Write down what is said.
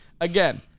again